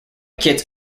kits